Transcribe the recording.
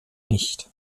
nicht